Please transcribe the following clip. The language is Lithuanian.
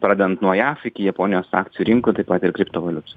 pradedant nuo jav iki japonijos akcijų rinkų taip pat ir kriptovaliutų